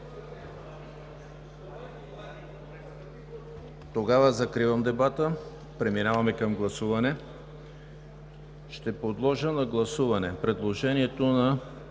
Няма. Закривам дебата, преминаваме към гласуване. Ще подложа на гласуване предложението на